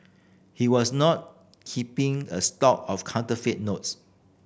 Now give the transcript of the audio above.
he was not keeping a stock of counterfeit notes